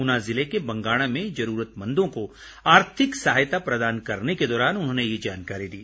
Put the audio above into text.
ऊना जिले के बंगाणा में ज़रूरतमंदों को आर्थिक सहायता प्रदान करने के दौरान उन्होंने ये जानकारी दी